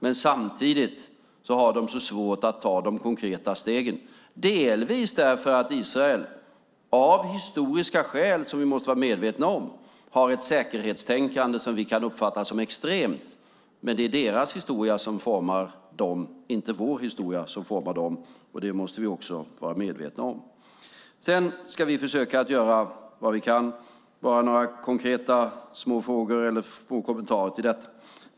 Men samtidigt har de så svårt att ta de konkreta stegen, delvis därför att Israel av historiska skäl som vi måste vara medvetna om har ett säkerhetstänkande som vi kan uppfatta som extremt. Men det är deras historia som formar dem. Det är inte vår historia som formar dem. Det måste vi också vara medvetna om, och vi ska försöka göra vad vi kan. Jag ska göra några konkreta kommentarer.